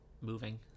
Moving